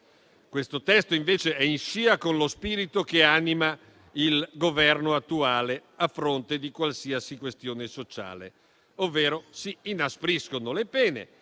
Questo testo, invece, è in scia con lo spirito che anima il Governo attuale di fronte di qualsiasi questione sociale. Si inaspriscono le pene,